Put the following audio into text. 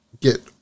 get